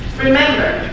remember